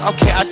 Okay